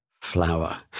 Flower